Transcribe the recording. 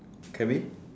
can we